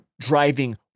driving